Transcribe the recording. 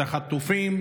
את החטופים,